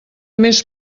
més